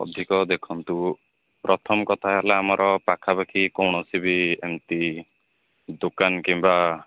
ଅଧିକ ଦେଖନ୍ତୁ ପ୍ରଥମ କଥା ହେଲା ଆମର ପାଖା ପାଖି କୌଣସି ବି ଏମିତି ଦୋକାନ କିମ୍ବା